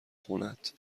خونهت